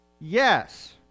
Yes